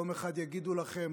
יום אחד יגידו לכם: